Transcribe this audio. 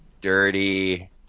dirty